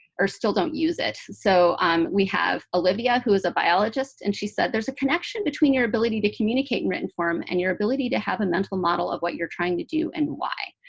or still don't use it. so um we have olivia, who is a biologist, and she said, there's a connection between your ability to communicate in written form and your ability to have a mental model of what you're trying to do and why.